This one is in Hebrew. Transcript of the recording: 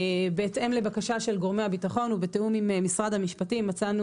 בהתאם לבקשה של גורמי הביטחון ובתיאום עם משרד המשפטים מצאנו